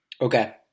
Okay